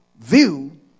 view